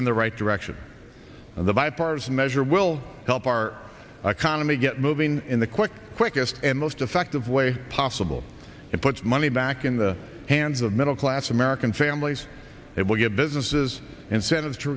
in the right direction and the bipartisan measure will help our economy get moving in the quick quickest and most effective way possible it puts money back in the hands of middle class american families it will give businesses incentives